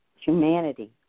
humanity